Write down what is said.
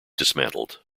dismantled